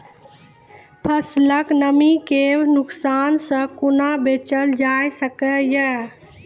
फसलक नमी के नुकसान सॅ कुना बचैल जाय सकै ये?